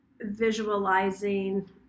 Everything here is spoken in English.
visualizing